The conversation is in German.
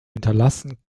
hinterlassen